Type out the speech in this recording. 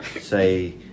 say